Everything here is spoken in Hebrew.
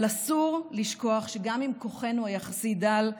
אבל אסור לשכוח שגם אם כוחנו היחסי דל,